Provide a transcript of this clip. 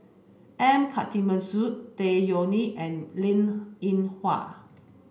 M Karthigesu Tan Yeok Nee and Linn In Hua